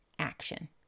action